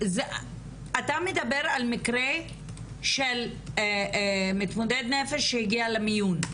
אתה מדבר על מקרה של מתמודד נפש שהגיע למיון.